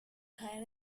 caer